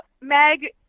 Meg